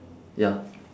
ya